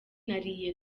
nariye